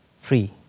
free